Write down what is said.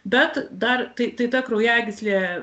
bet dar tai ta kraujagyslė